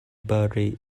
buried